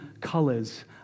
colors